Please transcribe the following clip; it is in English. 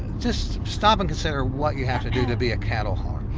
just stop and consider what you have to to to be a cattle hauler.